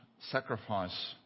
sacrifice